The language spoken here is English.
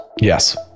Yes